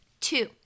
Two